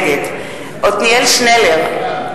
נגד עתניאל שנלר,